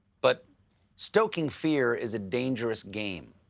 but stoking fear is a dangerous game.